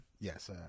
Yes